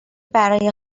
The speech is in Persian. برای